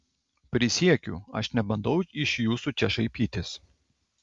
prisiekiu aš nebandau iš jūsų čia šaipytis